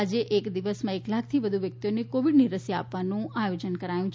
આજે એક દિવસમાં એક લાખથી વધુ વ્યક્તિઓને કોવીડની રસી આપવાનું આયોજન કરાયું છે